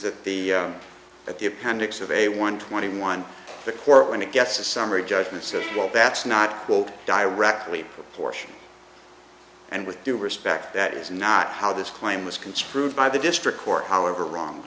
that the at the appendix of a one twenty one the court when it gets a summary judgement says well that's not directly proportional and with due respect that is not how this claim was construed by the district court however wrong